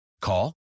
Call